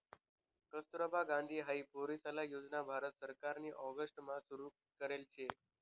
कस्तुरबा गांधी हाई पोरीसले योजना भारत सरकारनी ऑगस्ट मा सुरु करेल शे